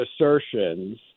assertions